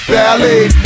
Ballet